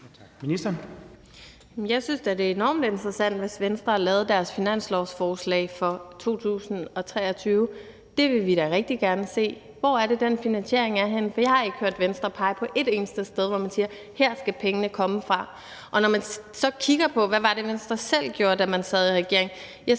synes da, det er enormt interessant, hvis Venstre har lavet deres finanslovsforslag for 2023, og det vil vi da rigtig gerne se. Hvor er det, den finansiering er henne? Jeg har ikke hørt Venstre pege på et eneste sted, hvor man siger, at her skal pengene komme fra. Når vi så kigger på, hvad det var, Venstre selv gjorde, da man sad i regering,